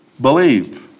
believe